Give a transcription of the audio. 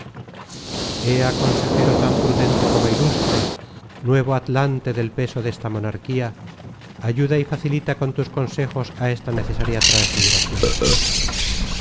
ea consejero tan prudente como ilustre nuevo atlante del peso desta monarquía ayuda y facilita con tus consejos á esta necesaria trasmigracion